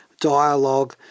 dialogue